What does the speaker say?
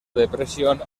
depresión